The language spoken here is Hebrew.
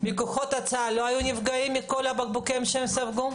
מכוחות הצבא לא היו נפגעים מכל הבקבוקים שהם ספגו?